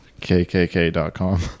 KKK.com